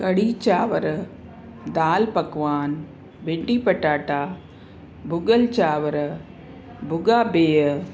कढ़ी चांवर दाल पकवान भिंडी पटाटा भुॻल चांवर भुॻा बिह